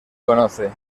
conoce